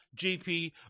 GP